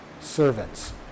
servants